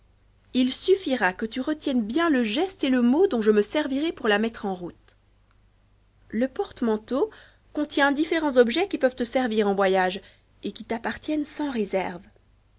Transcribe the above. il sumira que tu retiennes bien le geste et le mot dont je me servirai pour la mettre en route le porte-manteau contient différents objets qui peuvent te servir en voyage et qui t'appartiennent sans réserve